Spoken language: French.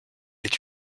est